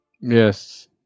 Yes